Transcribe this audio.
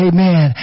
Amen